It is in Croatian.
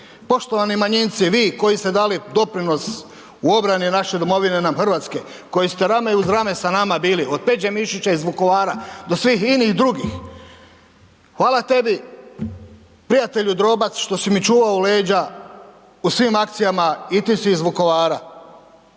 Poštovani manjinci, vi koji ste dali doprinos u obrani naše domovine nam RH, koji ste rame uz rame sa nama bili od Peđe Mišića iz Vukovara do svih inih i drugih, hvala tebi prijatelju Drobac što si mi čuvao leđa u svim akcijama i ti si iz Vukovara.